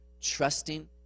trusting